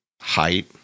height